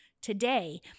Today